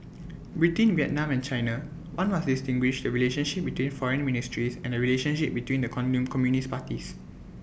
between Vietnam and China one must distinguish the relationship between foreign ministries and the relationship between the communist parties